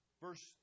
Verse